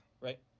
Right